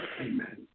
Amen